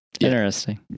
Interesting